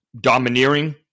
domineering